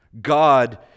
God